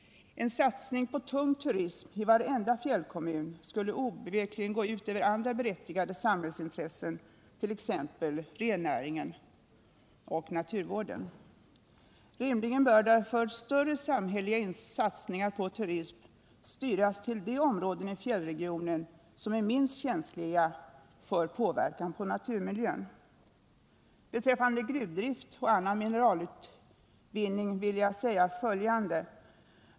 En satsning på tung turism i varenda fjällkommun skulle obevekligen gå ut över andra berättigade samhällsintressen, t.ex. rennäringen och naturvården. Rimligen bör därför större samhälleliga satsningar på turismen styras till de områden i fjällregionen som är minst känsliga för påverkan på naturmiljön. Beträffande gruvdrift och annan mineralutvinning vill jag säga följande.